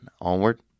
Onward